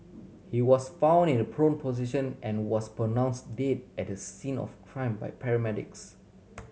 he was found in a prone position and was pronounce dead at the scene of crime by paramedics